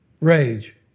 rage